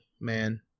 Man